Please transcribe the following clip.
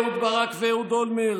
לאהוד ברק ואהוד אולמרט